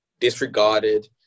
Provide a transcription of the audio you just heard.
disregarded